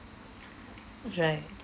right